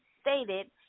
stated